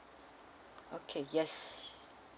okay yes